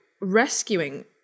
rescuing